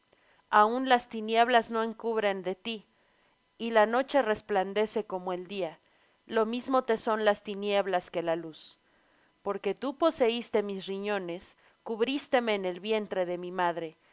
aun las tinieblas no encubren de ti y la noche resplandece como el día lo mismo te son las tinieblas que la luz porque tú poseiste mis riñones cubrísteme en el vientre de mi madre